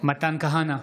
מתן כהנא,